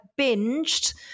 binged